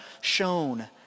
shown